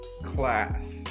class